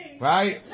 right